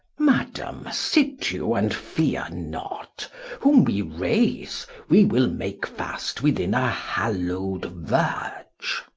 madame, sit you, and feare not whom wee rayse, wee will make fast within a hallow'd verge.